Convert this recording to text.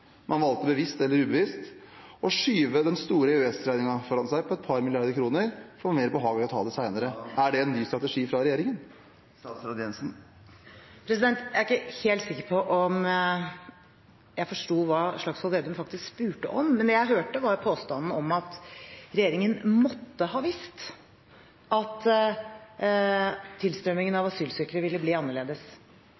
Man valgte bevisst eller ubevisst å skyve den store EØS-regningen på et par milliarder kroner foran seg; det var mer behagelig å ta det senere. Er det en ny strategi fra regjeringen? Jeg er ikke helt sikker på om jeg forsto hva Slagsvold Vedum faktisk spurte om, men det jeg hørte, var påstanden om at regjeringen måtte ha visst at tilstrømmingen av asylsøkere ville bli annerledes.